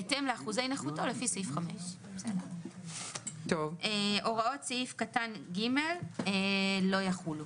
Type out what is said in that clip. בהתאם לאחוזי נכותו לפי סעיף 5. "(4)הוראות סעיף קטן (ג) לא יחולו."